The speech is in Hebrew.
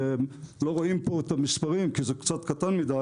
ולא רואים פה את המספרים כי זה קצת קטן מיד,